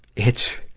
it's,